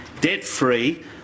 debt-free